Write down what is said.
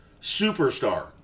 superstar